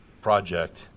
project